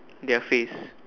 their face